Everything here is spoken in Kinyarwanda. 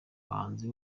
bahanzi